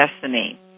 destiny